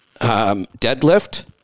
deadlift